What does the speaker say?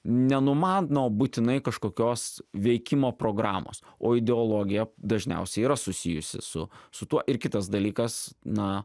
nenumano būtinai kažkokios veikimo programos o ideologija dažniausiai yra susijusi su su tuo ir kitas dalykas na